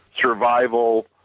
survival